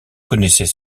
connaissait